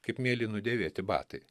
kaip mėlynų dėvėti batai